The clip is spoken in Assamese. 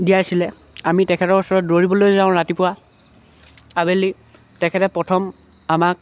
দিয়াইছিলে আমি তেখেতৰ ওচৰত দৌৰিবলৈ যাওঁ ৰাতিপুৱা আবেলি তেখেতে প্ৰথম আমাক